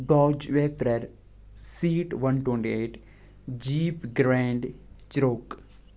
گاچ وٮ۪پرر سیٖٹ وَن ٹونٛڈیٹ جیٖپ گرٛینڈ چٕروک